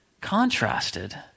contrasted